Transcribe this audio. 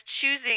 choosing